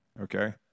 okay